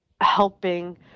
helping